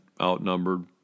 outnumbered